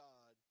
God